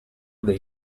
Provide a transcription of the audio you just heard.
dei